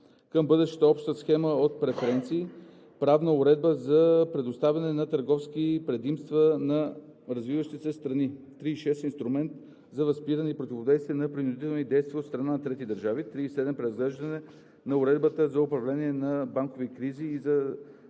Към бъдещата обща схема от преференции – правна уредба за предоставяне на търговски предимства на развиващите се страни. 36. Инструмент за възпиране и противодействие на принудителни действия от страна на трети държави. 37. Преразглеждане на уредбата за управление на банкови кризи и за